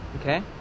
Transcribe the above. Okay